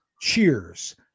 cheers